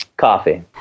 coffee